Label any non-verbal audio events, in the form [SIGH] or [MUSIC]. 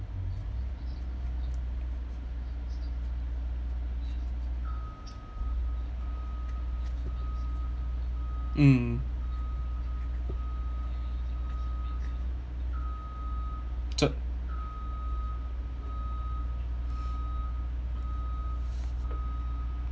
mm [NOISE]